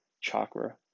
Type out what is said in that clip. chakra